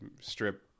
strip